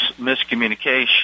miscommunication